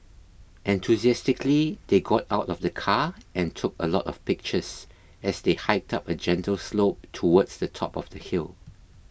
enthusiastically they got out of the car and took a lot of pictures as they hiked up a gentle slope towards the top of the hill